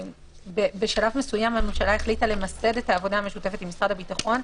בשלב מסוים הממשלה החליטה למסד את העבודה המשותפת עם משרד הביטחון,